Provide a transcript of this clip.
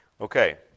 Okay